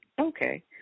Okay